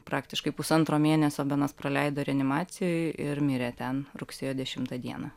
praktiškai pusantro mėnesio benas praleido reanimacijoj ir mirė ten rugsėjo dešimtą dieną